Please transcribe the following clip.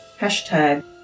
hashtag